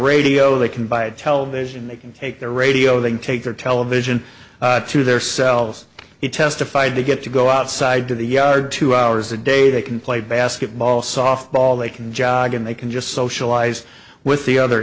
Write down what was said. radio they can buy a television they can take their radio they take their television to their cells he testified to get to go outside to the yard two hours a day they can play basketball softball they can jog and they can just socialize with the other